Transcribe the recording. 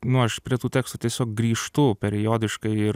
nu aš prie tų tekstų tiesiog grįžtu periodiškai ir